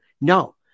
No